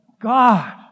God